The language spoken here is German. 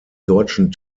deutschen